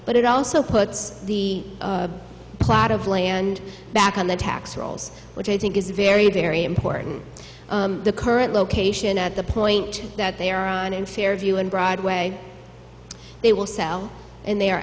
but it also puts the plot of land back on the tax rolls which i think is very very important the current location at the point that they are on in fairview and broadway they will sell and they are